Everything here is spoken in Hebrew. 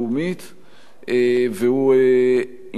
והוא עניין בלתי נסבל